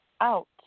out